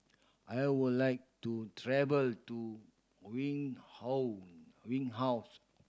I would like to travel to Windhoek